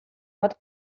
bat